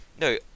No